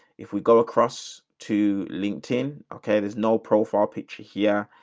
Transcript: if we go across to linkedin. okay. there's no profile picture here,